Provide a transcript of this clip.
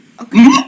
Okay